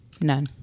None